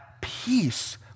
peace